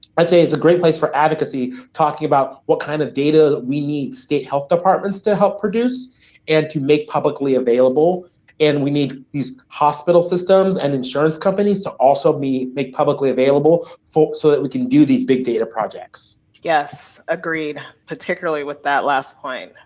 i say it's a great place for advocacy talking about what kind of data we need state health departments to help produce and to make publicly available and we need these hospital systems and insurance companies to also make publicly available folks so that we can do these big data projects. yes, agreed, particularly with that last point.